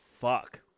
fuck